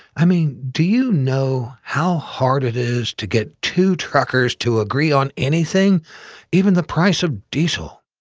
i mean, do you know how hard it is to get two truckers to agree on anything even the price of diesel?